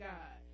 God